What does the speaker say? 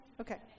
Okay